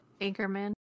Anchorman